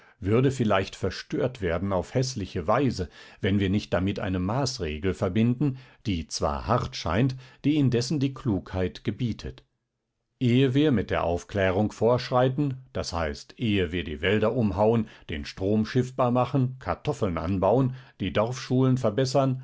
würde vielleicht verstört werden auf häßliche weise wenn wir nicht damit eine maßregel verbinden die zwar hart scheint die indessen die klugheit gebietet ehe wir mit der aufklärung vorschreiten d h ehe wir die wälder umhauen den strom schiffbar machen kartoffeln anbauen die dorfschulen verbessern